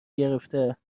گرفته